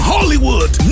Hollywood